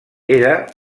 era